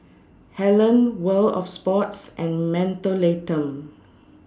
Helen World of Sports and Mentholatum